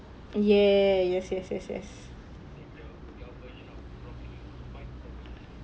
ya yes yes yes yes